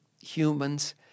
humans